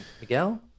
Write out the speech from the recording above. miguel